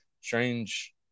Strange